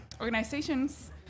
organizations